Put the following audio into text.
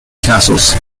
castles